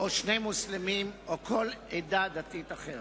או שני מוסלמים או כל עדה דתית אחרת.